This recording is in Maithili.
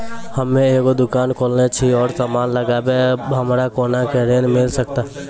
हम्मे एगो दुकान खोलने छी और समान लगैबै हमरा कोना के ऋण मिल सकत?